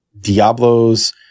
Diablo's